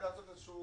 אדוני השר,